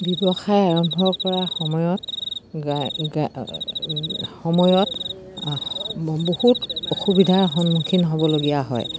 ব্যৱসায় আৰম্ভ কৰা সময়ত সময়ত বহুত অসুবিধাৰ সন্মুখীন হ'বলগীয়া হয়